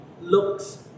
looks